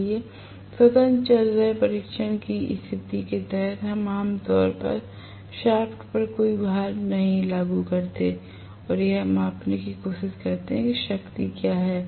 इसलिए स्वतंत्र चल रहे परीक्षण की स्थिति के तहत हम आम तौर पर शाफ्ट पर कोई भार लागू नहीं करते हैं और यह मापने की कोशिश करते हैं कि शक्ति क्या है